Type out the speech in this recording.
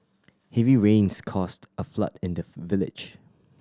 heavy rains caused a flood in the village